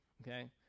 okay